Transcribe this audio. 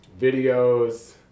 videos